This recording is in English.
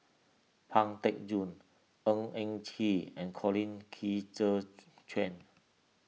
Pang Teck Joon Ng Eng Kee and Colin Qi Zhe Quan